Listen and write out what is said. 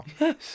Yes